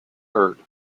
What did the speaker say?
heard